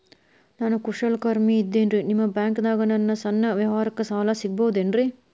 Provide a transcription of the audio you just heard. ನಾ ಕುಶಲಕರ್ಮಿ ಇದ್ದೇನ್ರಿ ನಿಮ್ಮ ಬ್ಯಾಂಕ್ ದಾಗ ನನ್ನ ಸಣ್ಣ ವ್ಯವಹಾರಕ್ಕ ಸಾಲ ಸಿಗಬಹುದೇನ್ರಿ?